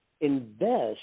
Invest